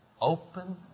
open